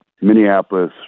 Minneapolis